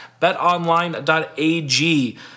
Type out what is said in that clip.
BetOnline.ag